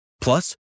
Plus